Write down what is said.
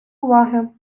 уваги